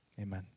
Amen